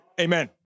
amen